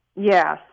Yes